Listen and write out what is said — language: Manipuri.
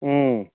ꯎꯝ